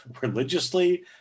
religiously